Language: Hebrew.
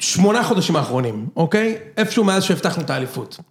‫שמונה חודשים האחרונים, אוקיי? ‫איפשהו מאז שהבטחנו את האליפות.